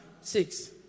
Six